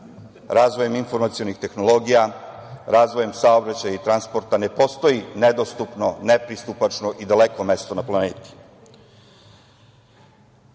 razvoj informacionih tehnologija, razvojem saobraćaja i transporta ne postoji nedostupno, nepristupačno i daleko mesto na planeti. Država